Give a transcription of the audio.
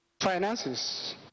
finances